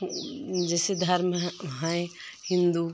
जैसे धर्म है हिंदू